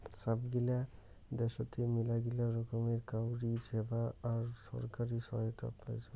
সব গিলা দ্যাশোতে মেলাগিলা রকমের কাউরী সেবা আর ছরকারি সহায়তা পাইচুং